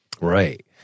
Right